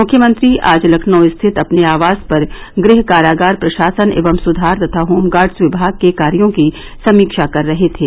मुख्यमंत्री आज लखनऊ स्थित अपने आवास पर गृह कारागार प्रशासन एवं सुधार तथा होमागर्ड्स विभाग के कार्यों की समीक्षा कर रहे थे